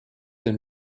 the